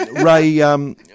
Ray